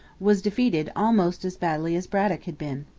was defeated almost as badly as braddock had been.